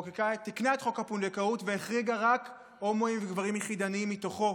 תיקנה את חוק הפונדקאות והחריגה רק הומואים וגברים יחידניים מתוכו,